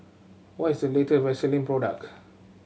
what is the late Vaselin product